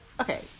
okay